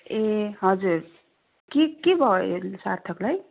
ए हजुर के के भयो सार्थकलाई